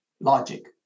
logic